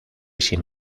sin